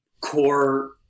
core